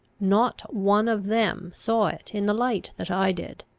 not one of them saw it in the light that i did.